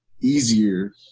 easier